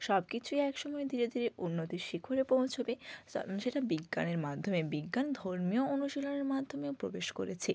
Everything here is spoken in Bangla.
সব কিছুই এক সময় ধীরে ধীরে উন্নতির শিখরে পৌঁছবে সেটা বিজ্ঞানের মাধ্যমে বিজ্ঞান ধর্মীয় অনুশীলনের মাধ্যমেও প্রবেশ করেছে